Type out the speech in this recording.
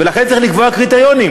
ולכן צריך לקבוע קריטריונים,